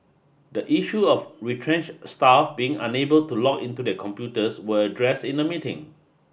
the issue of retrenched staff being unable to log into their computers was addressed in the meeting